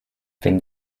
wenn